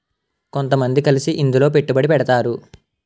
కొంతమంది కలిసి ఇందులో పెట్టుబడి పెడతారు